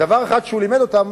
דבר אחד שהוא לימד אותם